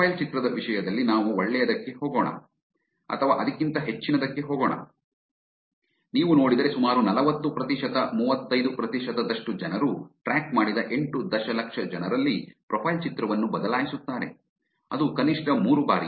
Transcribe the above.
profile ಚಿತ್ರದ ವಿಷಯದಲ್ಲಿ ನಾವು ಒಳ್ಳೆಯದಕ್ಕೆ ಹೋಗೋಣ ಅಥವಾ ಅದಕ್ಕಿಂತ ಹೆಚ್ಚಿನದಕ್ಕೆ ಹೋಗೋಣ ನೀವು ನೋಡಿದರೆ ಸುಮಾರು ನಲವತ್ತು ಪ್ರತಿಶತ ಮೂವತ್ತೈದು ಪ್ರತಿಶತದಷ್ಟು ಜನರು ಟ್ರ್ಯಾಕ್ ಮಾಡಿದ ಎಂಟು ದಶಲಕ್ಷ ಜನರಲ್ಲಿ ಪ್ರೊಫೈಲ್ ಚಿತ್ರವನ್ನು ಬದಲಾಯಿಸುತ್ತಾರೆ ಅದೂ ಕನಿಷ್ಠ ಮೂರು ಬಾರಿ